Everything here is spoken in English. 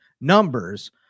numbers